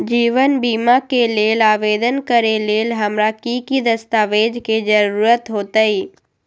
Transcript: जीवन बीमा के लेल आवेदन करे लेल हमरा की की दस्तावेज के जरूरत होतई?